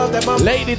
Lady